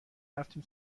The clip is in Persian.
رفتیم